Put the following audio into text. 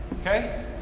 Okay